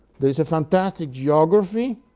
there is a fantastic geography,